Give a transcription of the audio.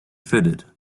fitted